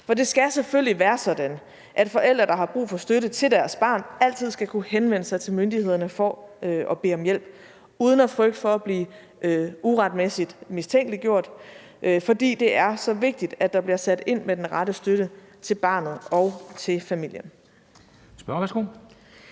For det skal selvfølgelig være sådan, at forældre, der har brug for støtte til deres barn, altid skal kunne henvende sig til myndighederne for at bede om hjælp uden at frygte for at blive uretmæssigt mistænkeliggjort. For det er så vigtigt, at der bliver sat ind med den rette støtte til barnet og til familien.